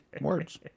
words